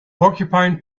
porcupine